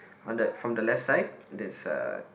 on the from the left side there's a